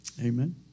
Amen